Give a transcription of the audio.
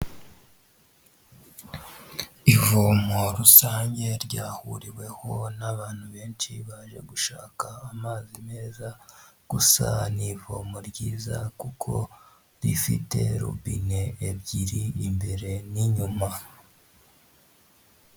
Ivomo rusange ryahuriweho n'abantu benshi baje gushaka amazi meza, gusa ni ivomo ryiza kuko rifite robine ebyiri imbere n'inyuma.